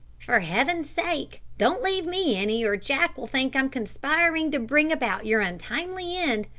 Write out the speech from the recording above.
for heaven's sake don't leave me any or jack will think i am conspiring to bring about your untimely end,